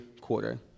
quarter